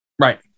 Right